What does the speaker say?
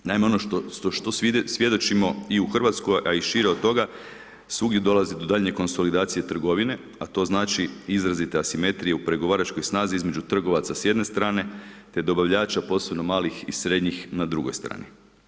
Naime ono što svjedočimo i u Hrvatskoj a i šire od toga, svugdje dolazi do daljnje konsolidacije trgovine a to znači izrazita asimetrija u pregovaračkoj snazi između trgovaca s jedne strane te dobavljača posebno malih i srednjih na drugoj strani.